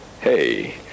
hey